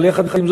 אבל עם זאת,